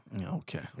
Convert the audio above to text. Okay